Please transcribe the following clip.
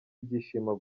ibyishimo